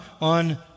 on